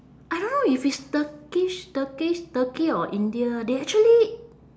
I don't know if it's turkish turkish turkey or india they actually